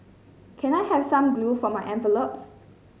can I have some glue for my envelopes